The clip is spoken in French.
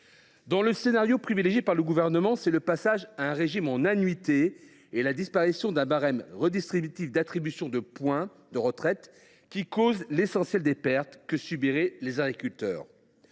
Dans le scénario privilégié par le Gouvernement, c’est le passage à un régime par annuités et la disparition d’un barème redistributif d’attribution de points de retraite qui causeraient l’essentiel des pertes pour les agriculteurs.